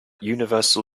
universal